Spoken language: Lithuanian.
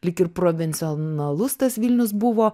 lyg ir provincionalus tas vilnius buvo